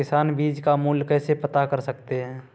किसान बीज का मूल्य कैसे पता कर सकते हैं?